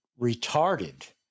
retarded